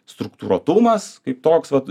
struktūruotumas kaip toks vat